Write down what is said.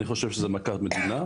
אני חושב שזה מכת מדינה.